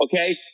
okay